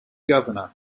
governor